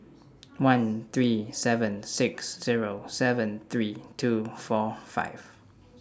one three seven six Zero seven three two four five